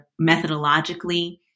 methodologically